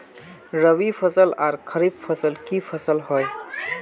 रवि फसल आर खरीफ फसल की फसल होय?